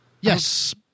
Yes